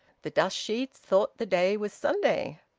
the dust-sheets thought the day was sunday.